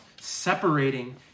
separating